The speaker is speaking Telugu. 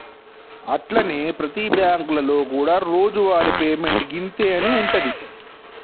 అట్లనే ప్రతి బ్యాంకులలో కూడా రోజువారి పేమెంట్ గింతే అని ఉంటుంది